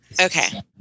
okay